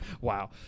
wow